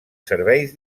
serveis